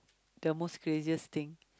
the most craziest thing